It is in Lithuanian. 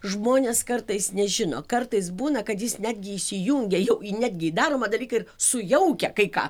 žmonės kartais nežino kartais būna kad jis netgi įsijungia jau į netgi į daromą dalyką ir sujaukia kai ką